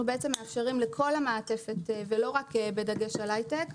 בעצם מאפשרים לכל המעטפת ולא רק בדגש על הייטק,